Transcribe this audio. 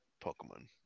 Pokemon